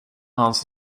hans